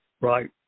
right